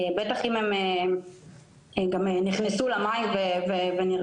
בטח אם הם גם נכנסו למים ונרטבו,